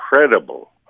incredible